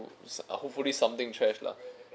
uh hopefully something trash lah